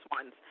ones